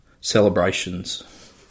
celebrations